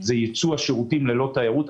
זה ייצוא השירותים ללא תיירות.